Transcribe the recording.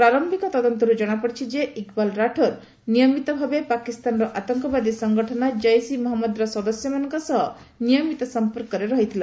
ପ୍ରାର୍ୟିକ ତଦନ୍ତରୁ କଣାପଡିଛି ଯେ ଇକ୍ବାଲ ରାଠେର୍ ନିୟମିତ ଭାବେ ପାକିସ୍ତାନର ଆତଙ୍କବାଦୀ ସଂଗଠନ ଜୈସ ଇ ମହଞ୍ଜଦର ସଦସ୍ୟମାନଙ୍କ ସହ ନିୟମିତ ସମ୍ପର୍କରେ ରହିଥିଲା